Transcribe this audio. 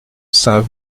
saint